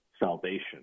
Salvation